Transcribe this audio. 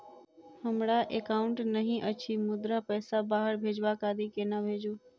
हमरा एकाउन्ट नहि अछि मुदा पैसा बाहर भेजबाक आदि केना भेजू?